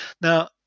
Now